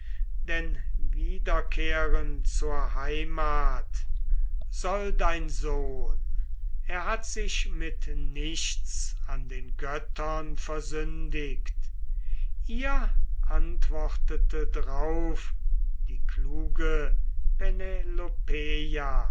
denn wiederkehren zur heimat soll dein sohn er hat sich mit nichts an den göttern versündigt ihr antwortete drauf die kluge